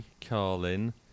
Carlin